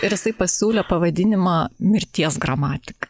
ir jisai pasiūlė pavadinimą mirties gramatika